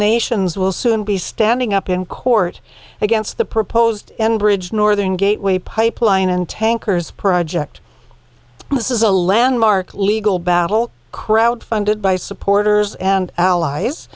nations will soon be standing up in court against the proposed enbridge northern gateway pipeline and tankers project this is a landmark legal battle crowd funded by supporters and allies